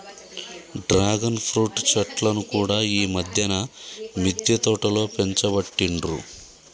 dragon fruit చెట్లను కూడా ఈ మధ్యన మిద్దె తోటలో పెంచబట్టిండ్రు